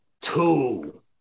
two